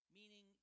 meaning